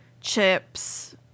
chips